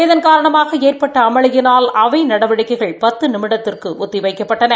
இதன் காரணமாக ஏற்பட்ட அமளியினால் அவை நவடிக்கைகள் பத்து நிமிடத்திற்கு ஒத்தி வைக்கப்பட்டன